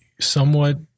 somewhat